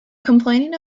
complaining